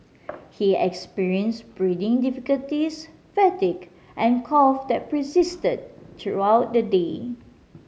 he experienced breathing difficulties fatigue and cough that persisted throughout the day